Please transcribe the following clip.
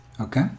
Okay